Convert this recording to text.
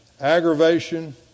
aggravation